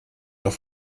doch